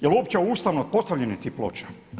Jel uopće ustavno postavljanje tih ploča?